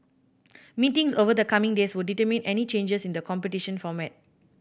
meetings over the coming days would determine any changes in the competition format